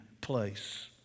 place